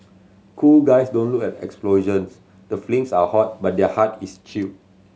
cool guys don't look at explosions the flames are hot but their heart is chilled